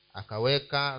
akaweka